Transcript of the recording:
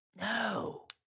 No